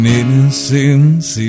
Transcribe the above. innocence